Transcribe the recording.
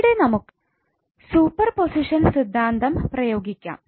ഇവിടെ നമുക്ക് സൂപ്പർപൊസിഷൻ സിദ്ധാന്തം പ്രയോഗിക്കാം